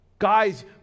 Guys